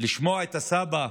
לשמוע את הסבא,